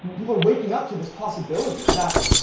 people are waking up to this possibility, that